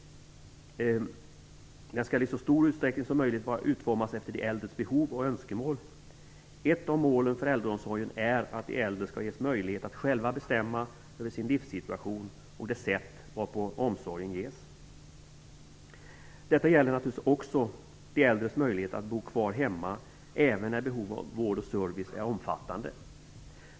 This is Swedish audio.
Den skall i så stor utsträckning som möjligt utformas efter de äldres behov och önskemål. Ett av målen för äldreomsorgen är att de äldre skall ges möjlighet att själva bestämma över sin livssituation och över det sätt varpå omsorgen ges. Detta gäller naturligtvis också de äldres möjligheter att bo kvar hemma, även när behovet av vård och service är omfattande.